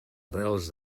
arrels